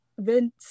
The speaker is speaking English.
Vince